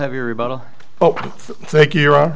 have your rebuttal but thank you